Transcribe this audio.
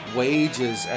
wages